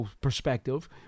perspective